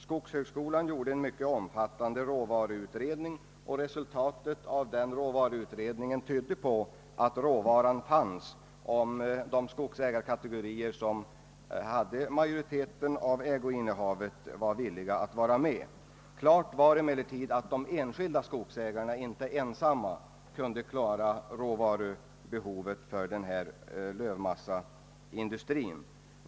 Skogshögskolan gjorde en mycket omfattande råvaruutredning, och resultatet av den utredningen tydde på att råvaran fanns, om de skogsägarkategorier som hade majoriteten av ägoinnehavet var villiga att vara med. Det stod emellertid klart att de enskilda skogsägarna inte ensamma kunde klara råvarubehovet för lövmasseindustrin.